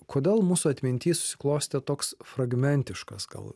kodėl mūsų atminty susiklostė toks fragmentiškas gal